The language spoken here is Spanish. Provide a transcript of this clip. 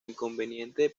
inconveniente